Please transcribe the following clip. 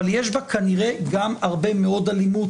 אבל יש בה כנראה גם הרבה מאוד אלימות,